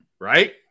Right